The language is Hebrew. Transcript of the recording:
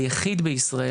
היחיד בישראל